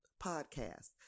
podcast